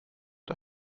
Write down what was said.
der